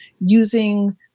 using